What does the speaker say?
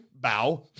bow